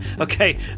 Okay